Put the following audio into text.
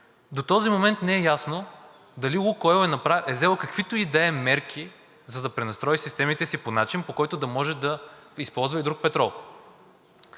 до този момент не е ясно дали „Лукойл“ е взел каквито и да е мерки, за да пренастрои системите си по начин, по който да може да използва и друг петрол.